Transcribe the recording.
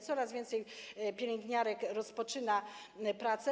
Coraz więcej pielęgniarek rozpoczyna pracę.